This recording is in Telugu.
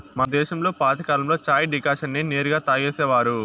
మన దేశంలో పాతకాలంలో చాయ్ డికాషన్ నే నేరుగా తాగేసేవారు